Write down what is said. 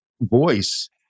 voice